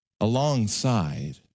alongside